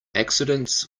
accidents